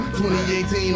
2018